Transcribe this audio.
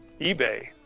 eBay